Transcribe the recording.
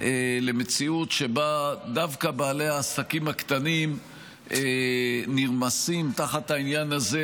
למציאות שבה דווקא בעלי העסקים הקטנים נרמסים תחת העניין הזה,